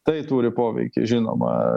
tai turi poveikį žinoma